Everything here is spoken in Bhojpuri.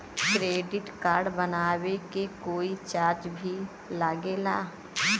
क्रेडिट कार्ड बनवावे के कोई चार्ज भी लागेला?